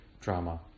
drama